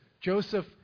Joseph